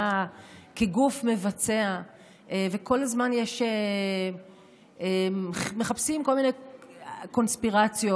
כגוף מבצע וכל הזמן מחפשים כל מיני קונספירציות